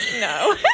No